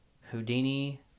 Houdini